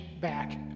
back